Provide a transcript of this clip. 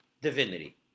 divinity